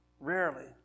Rarely